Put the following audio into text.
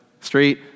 street